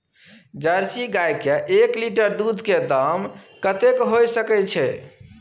Jersey गाय के एक लीटर दूध के दाम कतेक होय सके छै?